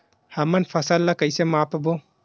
हमन फसल ला कइसे माप बो?